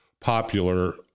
popular